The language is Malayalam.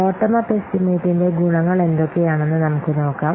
ബോട്ടം അപ്പ് എസ്റ്റിമേറ്റിന്റെ ഗുണങ്ങൾ എന്തൊക്കെയാണെന്ന് നമുക്ക് നോക്കാം